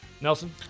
Nelson